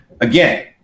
Again